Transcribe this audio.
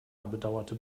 bedauerte